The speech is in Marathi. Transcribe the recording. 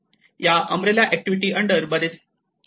या अम्ब्रेला ऍक्टिव्हिटी अंडर बरेच इतर डिसिप्लिन येतात